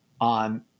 on